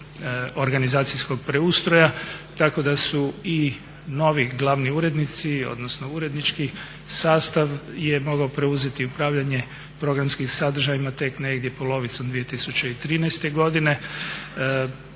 organizacijskog preustroja, tako da su i novi glavni urednici, odnosno urednički sastav je mogao preuzeti upravljanje programskim sadržajima tek negdje polovicom 2013. godine